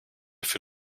für